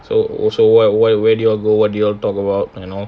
so oh so what where where did you all go what did you all talk about and all